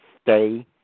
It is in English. stay